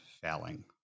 failing